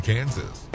Kansas